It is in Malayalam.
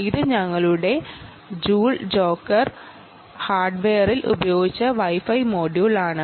ഇത് ഞങ്ങളുടെ ജൂൾ ജോട്ടർ ഹാർഡ്വെയറിൽ ഉപയോഗിച്ച Wi Fi മൊഡ്യൂളാണ്